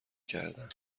کردن